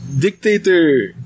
dictator